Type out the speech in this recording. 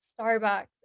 Starbucks